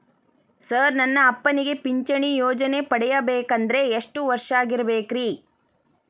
Sir ನನ್ನ ಅಪ್ಪನಿಗೆ ಪಿಂಚಿಣಿ ಯೋಜನೆ ಪಡೆಯಬೇಕಂದ್ರೆ ಎಷ್ಟು ವರ್ಷಾಗಿರಬೇಕ್ರಿ?